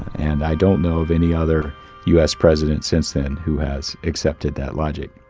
and i don't know of any other u s. president since then who has accepted that logic.